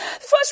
first